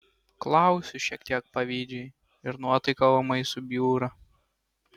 klausiu šiek tiek pavydžiai ir nuotaika ūmai subjūra